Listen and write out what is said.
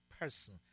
person